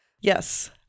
Yes